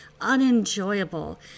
unenjoyable